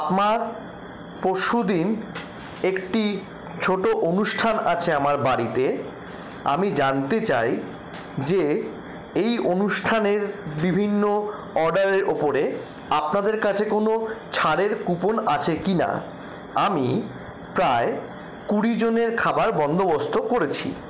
আপনার পরশু দিন একটি ছোটো অনুষ্ঠান আছে আমার বাড়িতে আমি জানতে চাই যে এই অনুষ্ঠানের বিভিন্ন অর্ডারের ওপরে আপনাদের কাছে কোনো ছাড়ের কুপন আছে কিনা আমি প্রায় কুড়ি জনের খাবার বন্দোবস্ত করেছি